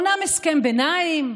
אומנם הסכם ביניים,